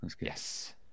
Yes